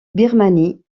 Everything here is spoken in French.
birmanie